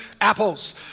apples